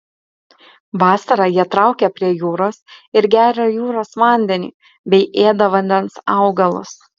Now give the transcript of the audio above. vasarą jie traukia prie jūros ir geria jūros vandenį bei ėda vandens augalus